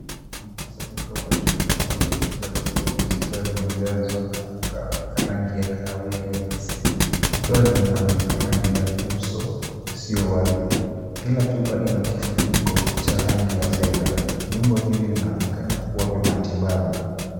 Mkusanyiko wa chupa ndogo za kioo zikiwa zimejazwa na unga wa rangi ya kahawia nyepesi, zikiwa zimerundikana juu ya uso usio wazi. Kila chupa ina kifuniko cha rangi ya fedha. Vyombo hivi vinaonekana kuwa vya matibabu.